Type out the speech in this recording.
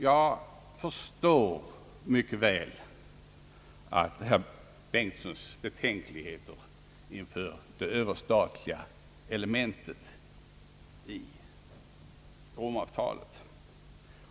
Jag förstår mycket väl herr Bengtsons betänkligheter inför det överstatliga elementet i Romavtalet.